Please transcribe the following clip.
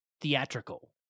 theatrical